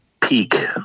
peak